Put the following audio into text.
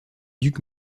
duc